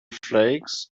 flakes